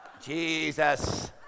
Jesus